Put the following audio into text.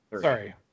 sorry